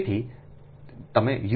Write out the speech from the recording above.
તેથી તમે યુ